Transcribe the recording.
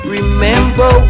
Remember